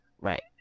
Right